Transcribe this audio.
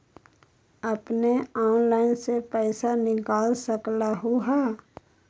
अपने ऑनलाइन से पईसा निकाल सकलहु ह?